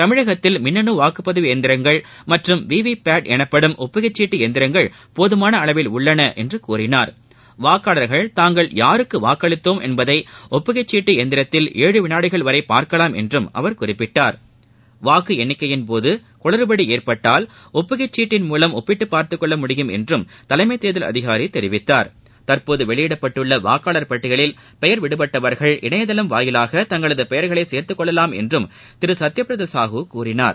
தமிழகத்தில் மின்னனு வாக்குப்பதிவு எந்திரங்கள் மற்றம் விவிபாட் எனப்படும் ஒப்புகைச் சீட்டு எந்திரங்கள் போதமான அளவில் உள்ளன என்றார் வாக்காளர்கள் தாங்கள் யாருக்கு வாக்களித்தோம் என்பதை ஒப்புகைச் சீட்டு எந்திரத்தில் ஏழு வினாடிகள் வரை பார்க்கலாம் என்றும் அவர் குறிப்பிட்டார் வாக்கு எண்ணிக்கையின்ள போத குளறுபடி ஏற்பட்டால் ஒப்புகைச் சீட்டு மூவம் ஒப்பிட்டுப் பார்த்துக்கொள்ள முடியும் என்றும் தலைமைத் தேர்தல் அதிகாரி தெரிவித்தார் தற்போது வெளியிடப்பட்டுள்ள வாக்காளர் பட்டியலில் பெயர் விடுபட்டவர்கள் இணையதளம் மூலம் தங்களது பெயர்களை சேர்த்துக் கொள்ளலாம் என்றும் திரு சத்ய பிரதா சாஹூ கூறினார்